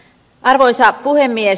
arvoisa puhemies